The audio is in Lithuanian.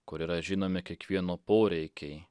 kur yra žinomi kiekvieno poreikiai